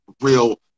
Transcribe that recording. real